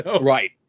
Right